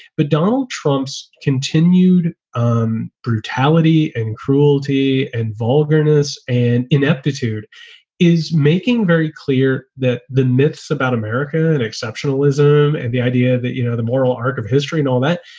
but donald trump's continued um brutality and cruelty and vulgarities and ineptitude is making very clear that the myths about america and exceptionalism and the idea that, you know, the moral arc of history and all that,